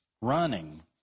running